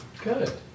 Good